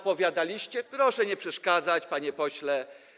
Proszę nie przeszkadzać, panie pośle.